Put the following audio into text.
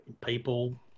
people